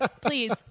please